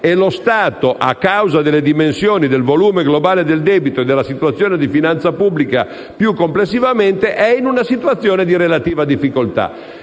Lo Stato, però, a causa delle dimensioni del volume globale del debito e della situazione di finanza pubblica più complessivamente, è in relativa difficoltà.